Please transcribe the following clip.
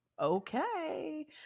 Okay